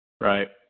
Right